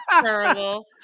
terrible